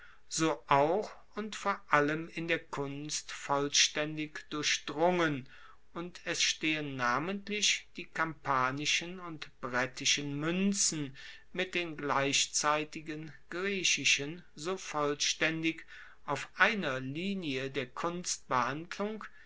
so auch und vor allem in der kunst vollstaendig durchdrungen und es stehen namentlich die kampanischen und brettischen muenzen mit den gleichzeitigen griechischen so vollstaendig auf einer linie der